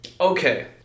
okay